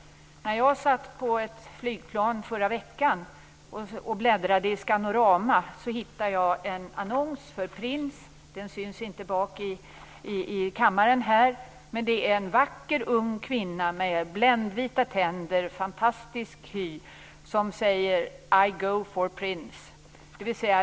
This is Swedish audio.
När jag förra veckan satt i ett flygplan och bläddrade i tidningen Scanorama hittade jag en annons för Prince. Man kan se en vacker ung kvinna med bländvita tänder och en fantastisk hy. Hon säger: I go for Prince.